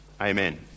Amen